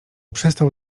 przestał